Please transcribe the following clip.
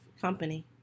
company